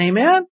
Amen